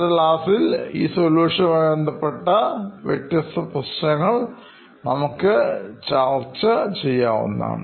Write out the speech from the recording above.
അടുത്ത ക്ലാസ്സിൽ സൊലൂഷന് മായി ബന്ധപ്പെട്ട പ്രശ്നങ്ങൾ ചർച്ച ചെയ്യുന്നതാണ്